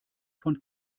von